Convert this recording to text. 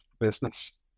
business